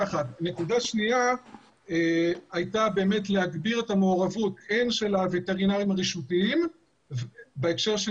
הגברת מעורבות הן של הווטרינרים הרשותיים בהקשר של